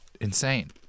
insane